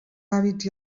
hàbits